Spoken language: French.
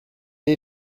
est